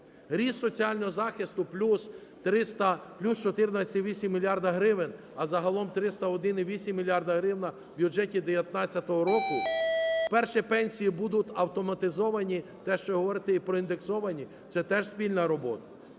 Ріст соціального захисту - плюс 14,8 мільярда гривень, а загалом 301,8 мільярда гривень в бюджеті 2019 року, вперше пенсії будуть автоматизовані, те, що ви говорите, і проіндексовані, це теж спільна робота.